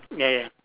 ya ya